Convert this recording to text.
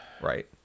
Right